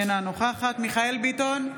אינה נוכחת מיכאל מרדכי ביטון,